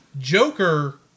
Joker